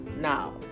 Now